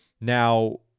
Now